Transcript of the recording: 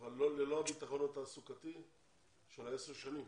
אבל ללא הביטחון התעסוקתי של עשר השנים?